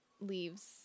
leaves